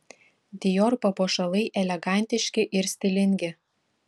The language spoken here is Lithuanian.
dior papuošalai elegantiški ir stilingi